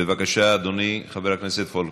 בבקשה, אדוני חבר הכנסת פולקמן,